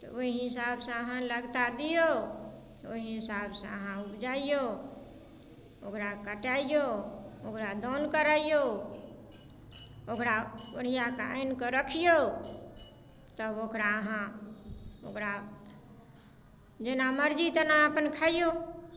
तऽ ओइ हिसाबसँ अहाँ लगता दियौ ओइ हिसाबसँ अहाँ उपजैयौ ओकरा कटैयौ ओकरा दाउन करैयौ ओकरा ओरियाकऽ आनिकऽ रखियौ तब ओकरा अहाँ ओकरा जेना मर्जी तेना अपन खैयौ